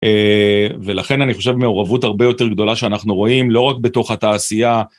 ולכן אני חושב מעורבות הרבה יותר גדולה שאנחנו רואים, לא רק בתוך התעשייה.